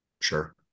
Sure